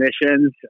missions